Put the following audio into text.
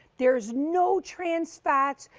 there is no trans fats.